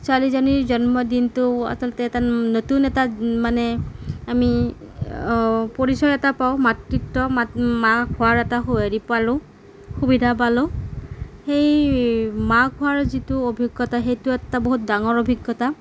ছোৱালীজনীৰ জন্মদিনটো আচলতে এটা নতুন এটা মানে আমি পৰিচয় এটা পাওঁ মাতৃত্ব মা মাক হোৱাৰ এটা হেৰি পালোঁ সুবিধা পালোঁ সেই মাক হোৱাৰ যিটো অভিজ্ঞতা সেইটো এটা বহুত ডাঙৰ অভিজ্ঞতা